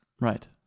right